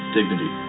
Dignity